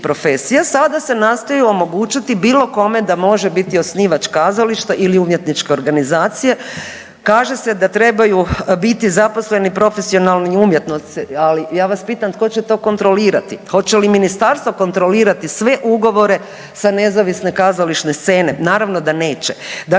sada se nastoji omogućiti bilo kome da može biti osnivač kazalište ili umjetničke organizacije. Kaže se da trebaju biti zaposleni profesionalni umjetnici, ali ja vas pitam tko će to kontrolirati? Hoće li ministarstvo kontrolirati sve ugovore sa nezavisne kazališne scene? Naravno da neće.